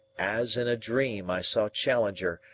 as in a dream i saw challenger,